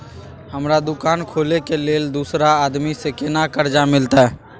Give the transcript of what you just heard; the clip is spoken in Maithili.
हमरा दुकान खोले के लेल दूसरा आदमी से केना कर्जा मिलते?